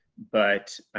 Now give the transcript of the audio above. but